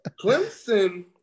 Clemson